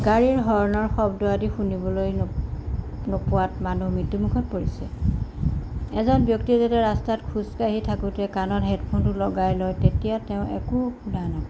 গাড়ীৰ হৰ্ণৰ শব্দ আদি শুনিবলৈ নোপোৱাত মানুহ মৃত্যুমুখত পৰিছে এজন ব্যক্তি যেতিয়া ৰাস্তাত খোজকাঢ়ি থাকোঁতে কাণত হেডফোনটো লগাই লয় তেতিয়া তেওঁ একো শুনা নাপায়